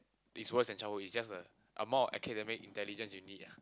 is worst than childhood it's just a armour academic intelligence uni ah